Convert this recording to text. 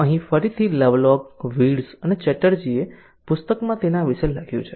તો અહીં ફરીથી લવલોક વિર્ટઝ અને ચેટર્જીએ પુસ્તકમાં તેના વિશે લખ્યું છે